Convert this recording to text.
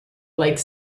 like